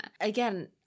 again